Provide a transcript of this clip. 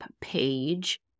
page